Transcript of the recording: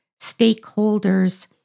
stakeholders